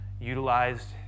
utilized